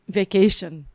vacation